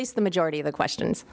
least the majority of the questions